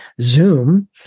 zoom